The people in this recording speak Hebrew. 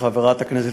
לחברת הכנסת,